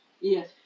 Yes